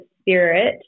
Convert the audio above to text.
spirit